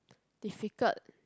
difficult